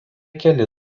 keli